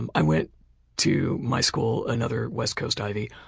and i went to my school, another west coast ivy,